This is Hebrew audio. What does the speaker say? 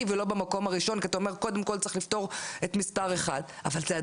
ולא במקום הראשון כי אתה אומר שקודם כל צריך לפתור את מספר אחד.